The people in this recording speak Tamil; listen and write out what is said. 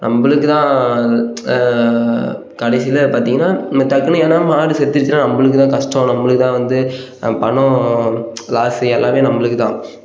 நம்மளுக்கு தான் கடைசியில் பார்த்திங்கன்னா இந்த டக்குனு ஏன்னா மாடு செத்துடுச்சுன்னா நம்மளுக்கு தான் கஷ்டம் நம்மளுக்கு தான் வந்து பணம் லாஸு எல்லாமே நம்மளுக்கு தான்